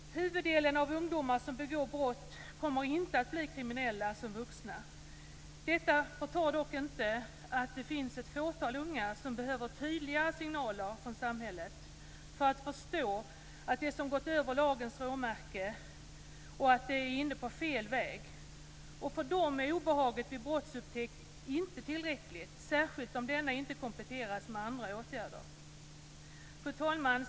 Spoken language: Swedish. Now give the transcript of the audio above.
Huvuddelen av de ungdomar som begår brott kommer inte att bli kriminella som vuxna. Detta förtar dock inte det faktum att det finns ett fåtal unga som behöver tydligare signaler från samhället för att förstå att de gått över lagens råmärken och att de är inne på fel väg. För dem är obehaget vid brottsupptäckt inte tillräckligt - särskilt om detta inte kompletteras med andra åtgärder. Fru talman!